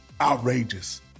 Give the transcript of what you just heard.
outrageous